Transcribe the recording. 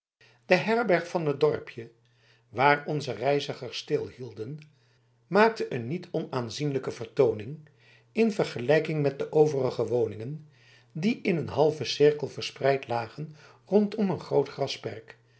de herberg van het dorpje waar onze reizigers stilhielden maakte een niet onaanzienlijke vertooning in vergelijking met de overige woningen die in een halven cirkel verspreid lagen rondom een groot grasperk